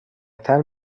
tal